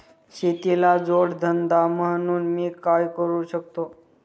शेतीला जोड धंदा म्हणून मी काय करु शकतो?